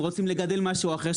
אם הם רוצים לגדל משהו אחר,